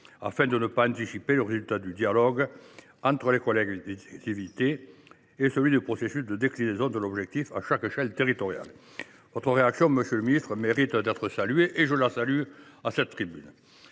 afin de ne pas anticiper le résultat du dialogue entre les collectivités et celui du processus de déclinaison de l’objectif à chaque échelle territoriale ». Votre réaction mérite d’être saluée : pour ma part, je